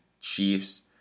Chiefs